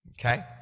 Okay